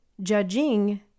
Judging